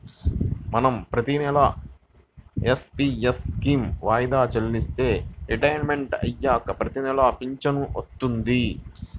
మనం ప్రతినెలా NPS scheme వాయిదా చెల్లిస్తే రిటైర్మంట్ అయ్యాక ప్రతినెలా పింఛను వత్తది